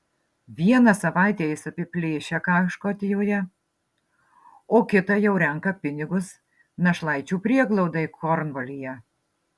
vieną savaitę jis apiplėšia ką škotijoje o kitą jau renka pinigus našlaičių prieglaudai kornvalyje